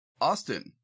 Austin